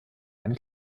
ein